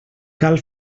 cal